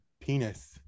penis